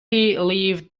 leaved